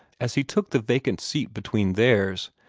as he took the vacant seat between theirs,